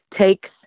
takes